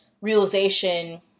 realization